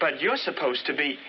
but you're supposed to be